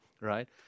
Right